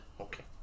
Okay